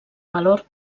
valor